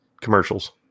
commercials